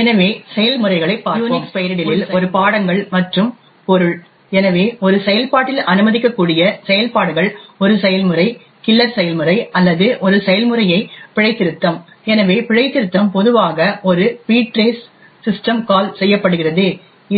எனவே செயல்முறைகளைப் பார்ப்போம் ஒரு செயல்முறை யுனிக்ஸ் பெயரிடலில் ஒரு பாடங்கள் மற்றும் பொருள் எனவே ஒரு செயல்பாட்டில் அனுமதிக்கக்கூடிய செயல்பாடுகள் ஒரு செயல்முறை கில்லர் செயல்முறை அல்லது ஒரு செயல்முறையை பிழைத்திருத்தம் எனவே பிழைத்திருத்தம் பொதுவாக ஒரு ptrace சிஸ்டம் கால் செய்யப்படுகிறது